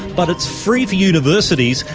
but it's free for universities,